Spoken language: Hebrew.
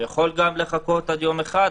הוא יכול גם לחכות עוד יום אחד,